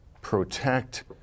protect